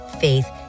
faith